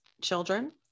children